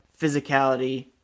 physicality